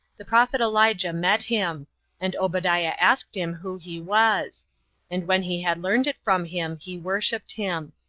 the prophet elijah met him and obadiah asked him who he was and when he had learned it from him, he worshipped him.